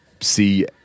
see